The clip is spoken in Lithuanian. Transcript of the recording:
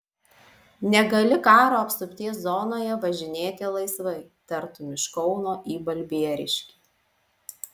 negali karo apsupties zonoje važinėti laisvai tartum iš kauno į balbieriškį